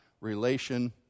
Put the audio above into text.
relation